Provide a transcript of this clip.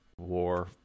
war